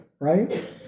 right